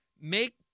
make